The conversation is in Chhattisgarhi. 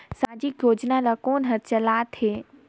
समाजिक योजना ला कोन हर चलाथ हे?